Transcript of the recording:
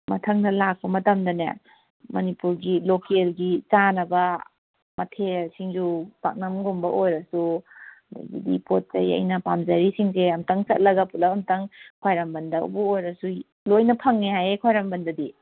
ꯃꯊꯪꯗ ꯂꯥꯛꯄ ꯃꯇꯝꯗꯅꯦ ꯃꯅꯤꯄꯨꯔꯒꯤ ꯂꯣꯀꯦꯜꯒꯤ ꯆꯥꯅꯕ ꯃꯊꯦꯜ ꯁꯤꯡꯖꯨ ꯄꯥꯛꯅꯝꯒꯨꯝꯕ ꯑꯣꯏꯔꯁꯨ ꯑꯗꯒꯤꯗꯤ ꯄꯣꯠ ꯆꯩ ꯑꯩꯅ ꯄꯥꯝꯖꯔꯤꯁꯤꯡꯁꯦ ꯑꯝꯇꯪ ꯆꯠꯂꯒ ꯄꯨꯂꯞ ꯑꯝꯇꯪ ꯈ꯭ꯋꯥꯏꯔꯝꯕꯟꯗꯕꯨ ꯑꯣꯏꯔꯖꯨ ꯂꯣꯏꯅ ꯐꯪꯉꯦ ꯍꯥꯏꯌꯦ ꯈ꯭ꯋꯥꯏꯔꯝꯕꯟꯗꯗꯤ